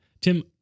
tim